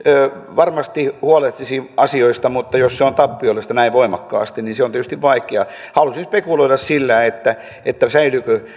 varmasti huolehtisi asioista mutta jos se on tappiollista näin voimakkaasti niin se on tietysti vaikeaa halusin spekuloida sillä säilyykö